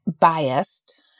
biased